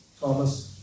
Thomas